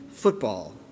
football